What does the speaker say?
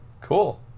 Cool